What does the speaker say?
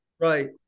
right